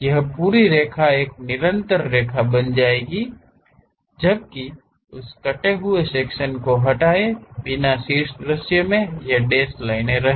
यह पूरी रेखा एक निरंतर रेखा बन जाएंगी जबकि उस कटे हुए सेक्शन को हटाए बिना शीर्ष दृश्य में ये डैश लाइनें ही रहेंगी